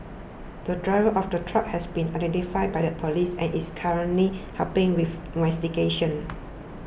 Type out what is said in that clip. the driver of the truck has been identified by the police and is currently helping with investigations